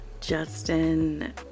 Justin